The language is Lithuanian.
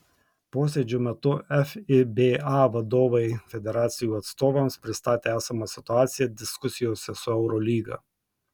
posėdžio metu fiba vadovai federacijų atstovams pristatė esamą situaciją diskusijose su eurolyga